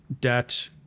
Debt